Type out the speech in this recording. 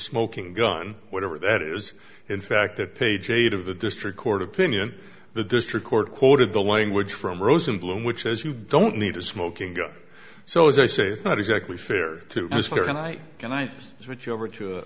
smoking gun whatever that is in fact that page eight of the district court opinion the district court quoted the language from rosenblum which says you don't need a smoking gun so as i say it's not exactly fair to this person i can i switch over to